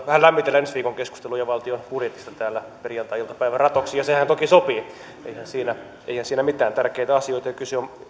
vähän lämmitellä jo ensi viikon keskusteluja valtion budjetista täällä perjantai iltapäivän ratoksi ja sehän toki sopii eihän siinä mitään tärkeitä asioita ja kyse on